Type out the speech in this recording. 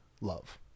love